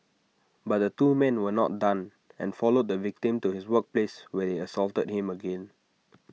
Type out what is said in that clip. but the two men were not done and followed the victim to his workplace where they assaulted him again